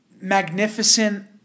magnificent